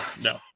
No